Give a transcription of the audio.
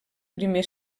primer